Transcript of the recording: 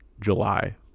July